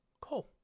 Cool